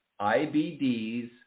IBDs